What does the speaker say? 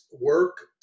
work